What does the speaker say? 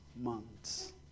months